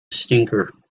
stinker